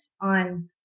on